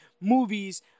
movies